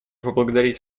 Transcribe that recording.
поблагодарить